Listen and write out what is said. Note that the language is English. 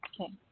Okay